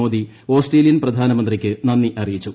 Modi Australian പ്രധാനമന്ത്രിയ്ക്ക് നന്ദി അറിയിച്ചു